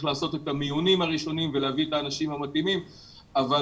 לעשות את המיונים הראשונים ולהביא את האנשים המתאימים אבל